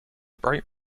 bright